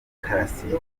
demokarasi